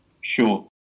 Sure